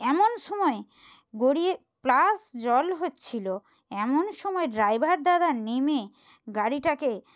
এমন সময় গড়িয়ে প্লাস জল হচ্ছিলো এমন সময় ড্রাইভার দাদা নেমে গাড়িটাকে